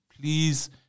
please